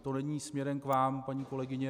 To není směrem k vám, paní kolegyně.